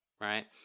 right